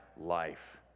life